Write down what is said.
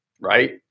right